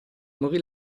morì